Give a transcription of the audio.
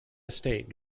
estate